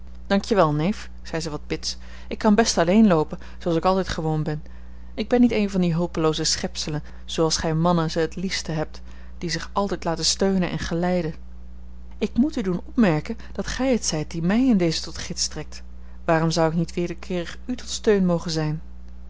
wel neef zei ze wat bits ik kan best alleen loopen zooals ik altijd gewoon ben ik ben niet een van die hulpelooze schepselen zooals gij mannen ze het liefste hebt die zich altijd laten steunen en geleiden ik moet u doen opmerken dat gij het zijt die mij in dezen tot gids strekt waarom zou ik niet wederkeerig u tot steun mogen zijn